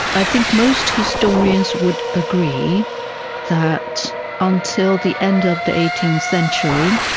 i think most historians would agree that until the end of the eighteenth century,